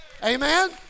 Amen